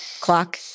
clock